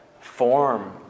form